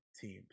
teams